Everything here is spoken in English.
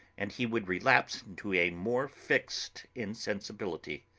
and he would relapse into a more fixed insensibility.